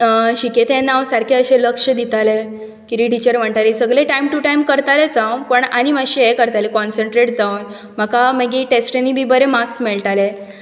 शिकयता केन्ना हांव सारकें अशें लक्ष दितालें कितें टिचर म्हणटाली सगळें टायम टू टायम करतालेंच हांव पण आनी मातशें हें करतालें कॉन्सण्ट्रेट जावन म्हाका मागी टॅस्टींनी बी बरे मार्क्स मेळटाले